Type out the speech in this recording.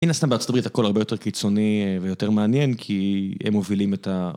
מן הסתם בארצות הברית הכל הרבה יותר קיצוני ויותר מעניין כי הם מובילים את ה...